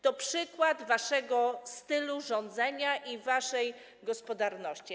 To przykład waszego stylu rządzenia i waszej gospodarności.